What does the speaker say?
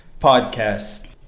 podcast